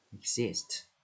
Exist